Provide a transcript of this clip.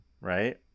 right